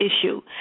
issue